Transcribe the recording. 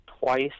twice